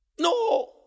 No